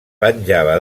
penjava